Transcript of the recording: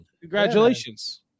Congratulations